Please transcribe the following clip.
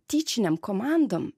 tyčinėm komandom